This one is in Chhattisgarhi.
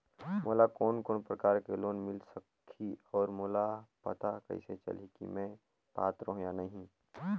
मोला कोन कोन प्रकार के लोन मिल सकही और मोला पता कइसे चलही की मैं पात्र हों या नहीं?